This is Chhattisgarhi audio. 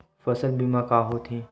फसल बीमा का होथे?